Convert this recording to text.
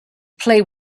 play